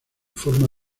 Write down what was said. forma